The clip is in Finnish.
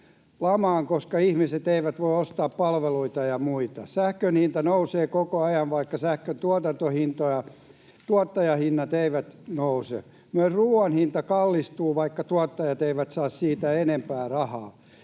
lamaan, koska ihmiset eivät voi ostaa palveluita ja muita. Sähkön hinta nousee koko ajan, vaikka sähkön tuottajahinnat eivät nouse. Myös ruuan hinta kallistuu, vaikka tuottajat eivät saa siitä enempää rahaa.